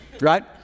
right